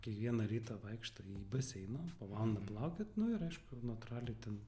kiekvieną rytą vaikšto į baseiną po valandą plaukiot nu ir aišku natūraliai ten